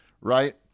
Right